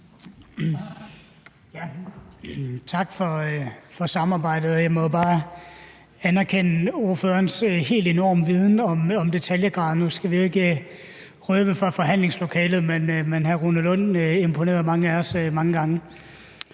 Tak for samarbejdet. Jeg må jo bare anerkende ordførerens helt enorme viden om detaljerne. Nu skal vi jo ikke røbe noget fra forhandlingslokalet, men hr. Rune Lund imponerede mange af os mange gange.